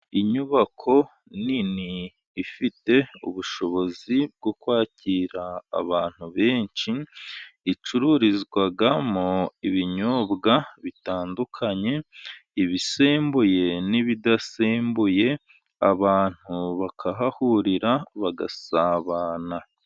Inyubako nini ifite ubushobozi bwo kwakira abantu benshi, icururizwamo ibinyobwa bitandukanye ibisembuye n'ibidasembuye abantu bakahahurira bagasabana.